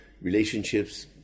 relationships